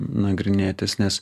nagrinėtis nes